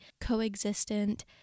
coexistent